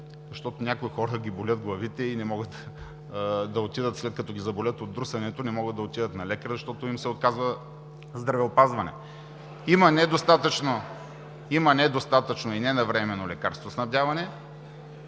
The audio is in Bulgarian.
защото някои хора ги болят главите, и след като ги заболят от друсането, не могат да отидат на лекар, защото им се отказва здравеопазване. Има недостатъчно и ненавременно лекарствоснабдяване.